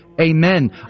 Amen